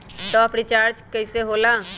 Top up recharge कइसे होएला?